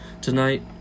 tonight